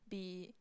be